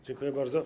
Dziękuję bardzo.